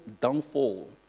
downfall